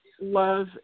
love